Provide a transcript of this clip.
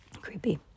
creepy